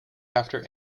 after